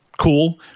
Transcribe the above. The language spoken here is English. cool